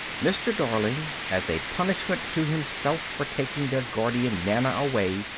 mr. darling, as a punishment to himself for taking their guardian nana away,